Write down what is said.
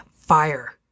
fire